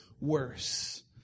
worse